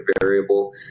variable